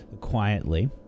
quietly